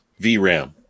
VRAM